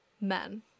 men